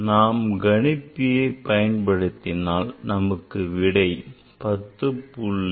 நாம் கணிப்பியை பயன்படுத்தினால் நமக்கு விடை 10